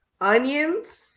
onions